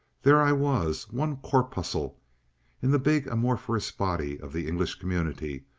there i was, one corpuscle in the big amorphous body of the english community,